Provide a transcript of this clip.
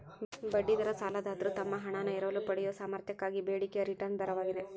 ಬಡ್ಡಿ ದರ ಸಾಲದಾತ್ರು ತಮ್ಮ ಹಣಾನ ಎರವಲು ಪಡೆಯಯೊ ಸಾಮರ್ಥ್ಯಕ್ಕಾಗಿ ಬೇಡಿಕೆಯ ರಿಟರ್ನ್ ದರವಾಗಿದೆ